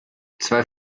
zwei